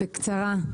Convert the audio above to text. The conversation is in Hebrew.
בקצרה,